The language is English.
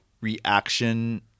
reaction